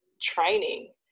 training